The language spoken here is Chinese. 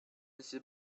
承袭